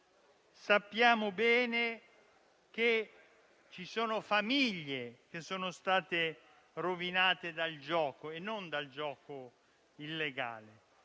Sappiamo bene che ci sono famiglie che sono state rovinate dal gioco, e non da quello illegale.